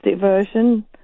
version